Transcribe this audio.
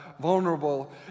vulnerable